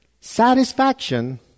satisfaction